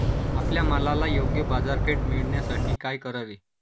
आपल्या मालाला योग्य बाजारपेठ मिळण्यासाठी काय करावे?